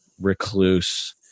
recluse